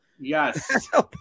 Yes